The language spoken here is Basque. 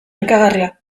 nekagarria